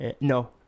No